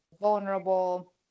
vulnerable